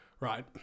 right